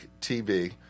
TV